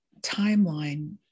timeline